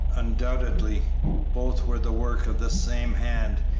undoubtedly both were the work of the same hand,